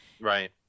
Right